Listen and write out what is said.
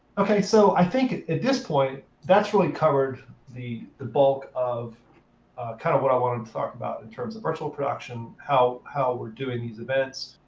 ok, so i think, at this point, that's really covered the the bulk of kind of what i wanted to talk about in terms of virtual production, how how we're doing these events,